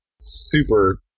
super